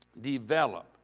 Develop